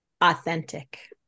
authentic